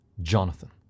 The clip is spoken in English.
Jonathan